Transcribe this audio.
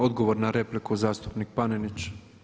Odgovor na repliku zastupnik Panenić.